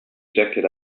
jacket